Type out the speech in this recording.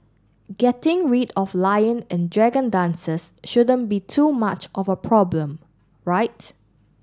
getting rid of lion and dragon dances shouldn't be too much of a problem right